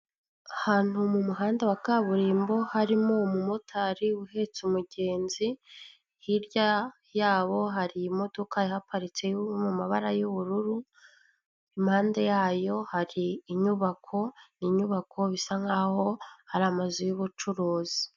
Ahantu mu muhanda wa kaburimbo, harimo umumotari uhetse umugezi, hirya yabo hari imodoka ihaparitse iri mu mabara y'ubururu, impande yayo hari inyubako, n'inyubako bisa nk'aho ari amazu y'ubucuruzi.